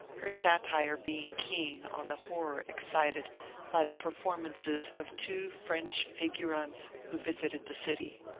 her satire being keen on the horror excited by the performances of two french figurantes who visited the city.